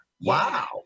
Wow